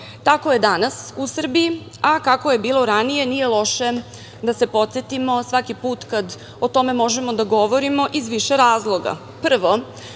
Tako je danas u Srbiji, a kako je bilo ranije, nije loše da se podsetimo svaki put kada o tome možemo da govorimo iz više razloga. Prvo,